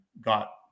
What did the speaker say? got